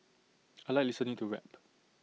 I Like listening to rap